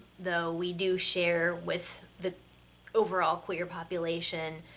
though, we do share with the overall queer population,